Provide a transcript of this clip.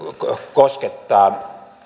koskettaa